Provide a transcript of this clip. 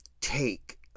take